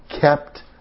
kept